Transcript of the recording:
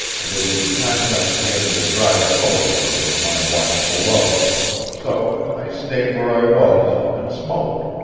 and it would be time enough to get into dry clothes when it was my watch below so i stayed where i was, and smoked.